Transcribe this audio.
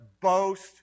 boast